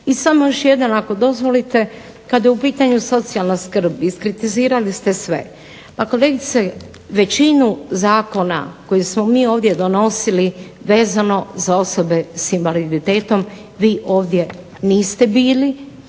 I samo još jedan ako dozvolite kada je u pitanju socijalna skrb iskritizirali ste sve. Pa kolegice većinu zakona koje smo mi ovdje donosili vezano za osobe s invaliditetom vi ovdje niste bili,